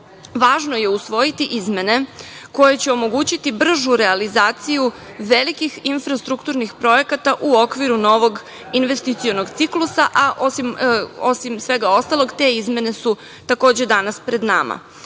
važno je usvojiti izmene, koje će omogućiti bržu realizaciju velikih infrastrukturnih projekata, u okviru novog investicionog ciklusa, a osim svega ostalog te izmene su takođe danas pred nama. Vlada